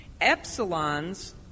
Epsilon's